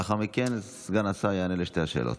לאחר מכן סגן השרה יענה על שתי השאלות.